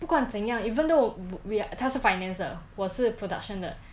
不管怎样 even though we~ we're 他是 finance 的我是 production 的